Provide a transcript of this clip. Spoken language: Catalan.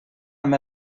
amb